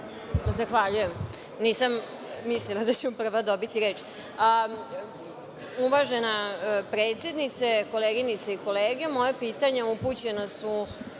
Hvala